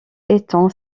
étant